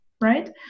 right